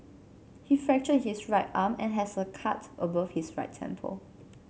he fractured his right arm and has a cut above his right temple